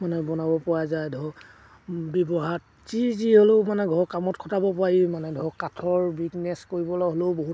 মানে বনাব পৰা যায় ধৰক ব্যৱহাৰত যি যি হ'লেও মানে ঘৰৰ কামত খটাব পাৰি মানে ধৰক কাঠৰ বিজনেছ কৰিবলৈ হ'লেও বহুত